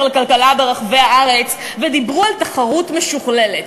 לכלכלה ברחבי הארץ ודיברו על תחרות משוכללת.